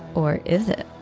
or is it?